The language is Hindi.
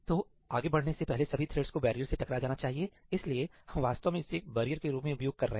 तो आगे बढ़ने से पहले सभी थ्रेड्स को बैरियर से टकरा जाना चाहिए इसलिए हम वास्तव में इसे बैरियर के रूप में उपयोग कर रहे हैं